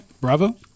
bravo